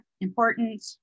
important